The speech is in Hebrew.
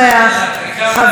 אינו נוכח,